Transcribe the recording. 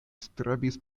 strebis